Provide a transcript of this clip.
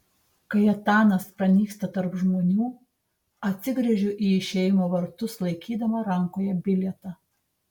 kai etanas pranyksta tarp žmonių atsigręžiu į išėjimo vartus laikydama rankoje bilietą